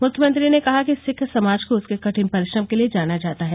मुख्यमंत्री ने कहा कि सिख समाज को उसके कठिन परिश्रम के लिए जाना जाता है